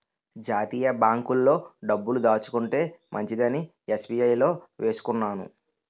జాతీయ బాంకుల్లో డబ్బులు దాచుకుంటే మంచిదని ఎస్.బి.ఐ లో వేసుకున్నాను